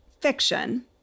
fiction